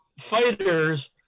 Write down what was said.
fighters